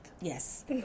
Yes